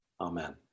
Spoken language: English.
Amen